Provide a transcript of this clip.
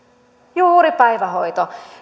juuri päivähoito